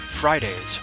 Fridays